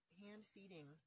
hand-feeding